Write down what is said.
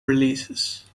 releases